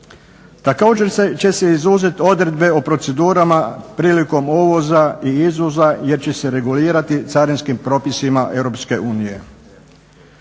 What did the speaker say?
Također će se izuzeti odredbe o procedurama prilikom uvoza i izvoza jer će se regulirati carinskim propisima